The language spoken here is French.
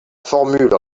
formules